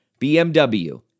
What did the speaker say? BMW